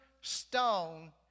stone